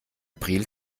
priel